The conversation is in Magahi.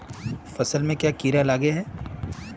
फसल में क्याँ कीड़ा लागे है?